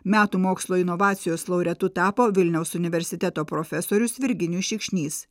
metų mokslo inovacijos laureatu tapo vilniaus universiteto profesorius virginijus šikšnys